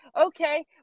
okay